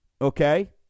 okay